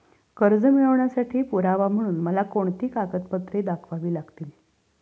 कर्ज मिळवण्यासाठी पुरावा म्हणून मला कोणती कागदपत्रे दाखवावी लागतील?